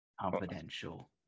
confidential